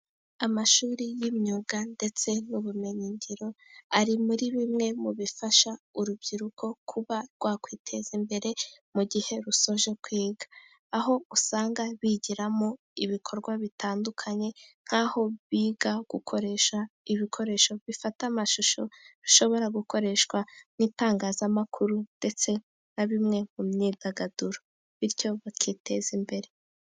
Amashuri y'imyuga ndetse n'ubumenyingiro ari muri bimwe mu bifasha urubyiruko kuba rwakwiteza imbere mu gihe rusoje kwiga, aho usanga bigiramo ibikorwa bitandukanye, nkaho biga gukoresha ibikoresho bifata amashusho bishobora gukoreshwa n'itangazamakuru ndetse na bimwe mu myidagaduro, bityo bakiteza imbere.